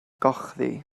gochddu